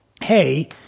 hey